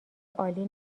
عالی